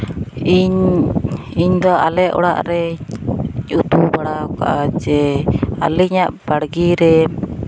ᱤᱧ ᱤᱧᱫᱚ ᱟᱞᱮ ᱚᱲᱟᱜ ᱨᱮ ᱩᱛᱩ ᱵᱟᱲᱟ ᱠᱟᱜᱼᱟ ᱡᱮ ᱟᱹᱞᱤᱧᱟᱜ ᱵᱟᱲᱜᱮ ᱨᱮ